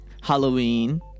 Halloween